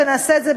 ונעשה את זה,